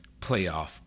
playoff